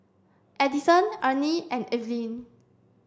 Edison Ernie and Evelyne